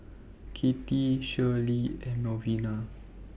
Kattie Shirlie and Malvina